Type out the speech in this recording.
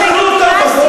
תשחררו אותם כבר,